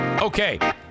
Okay